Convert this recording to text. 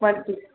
वरती